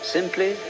Simply